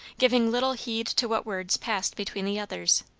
giving little heed to what words passed between the others.